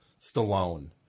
Stallone